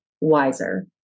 wiser